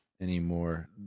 anymore